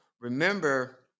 remember